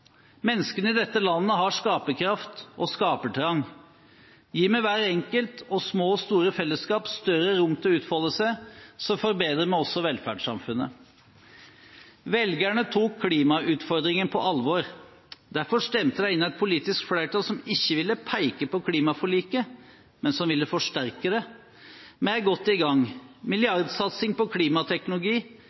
Menneskene i dette landet har skaperkraft og skapertrang. Gir vi hver enkelt – og små og store fellesskap – større rom til å utfolde seg, forbedrer vi også velferdssamfunnet. Velgerne tok klimautfordringen på alvor. Derfor stemte de inn et politisk flertall som ikke ville peke på klimaforliket, men som ville forsterke det. Vi er godt i gang: milliardsatsing på klimateknologi,